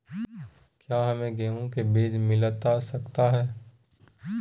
क्या हमे गेंहू के बीज मिलता सकता है?